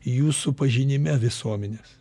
jūsų pažinime visuomenės